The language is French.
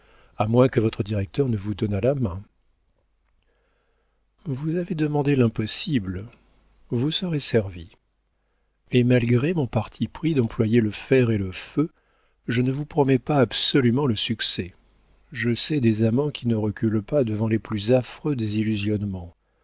à moins que votre directeur ne vous donnât la main vous avez demandé l'impossible vous serez servie et malgré mon parti pris d'employer le fer et le feu je ne vous promets pas absolument le succès je sais des amants qui ne reculent pas devant les plus affreux